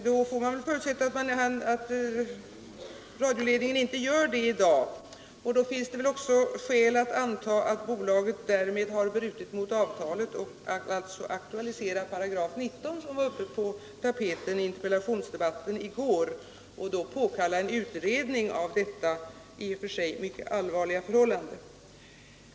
Det skulle innebära att radioledningen inte gör det i dag, och i så fall finns det också skäl att anta att bolaget därmed har brutit mot avtalet och alltså anledning att aktualisera 19 §, som var på tapeten i interpellationsdebatten i går, och påkalla utredning av detta i och för sig mycket allvarliga förhållande.